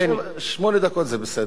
שמונה דקות זה בסדר.